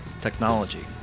technology